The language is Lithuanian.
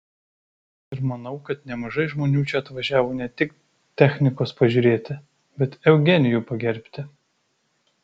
ir manau kad nemažai žmonių čia atvažiavo ne tik technikos pažiūrėti bet eugenijų pagerbti